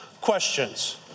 questions